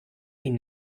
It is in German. ihn